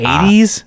80s